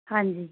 ਹਾਂਜੀ